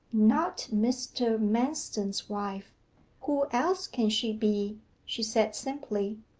not mr. manston's wife who else can she be she said simply.